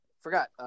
Forgot